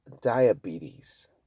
diabetes